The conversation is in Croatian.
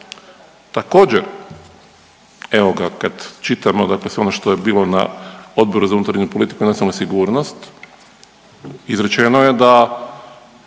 Također, evo ga kad čitamo dakle sve ono što je bilo na Odboru za unutarnju politiku i nacionalnu sigurnost, izrečeno je da